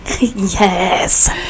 Yes